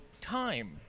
time